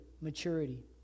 maturity